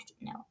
no